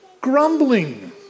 grumbling